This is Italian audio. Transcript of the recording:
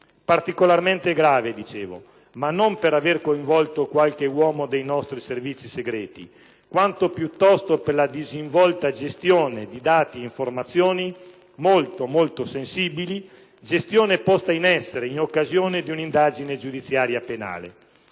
vicenda, come dicevo, ma non per aver coinvolto qualche uomo dei nostri Servizi segreti, quanto piuttosto per la disinvolta gestione di dati e informazioni molto, molto sensibili: e si tratta di una gestione posta in essere in occasione di un'indagine giudiziaria penale.